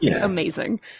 amazing